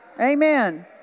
Amen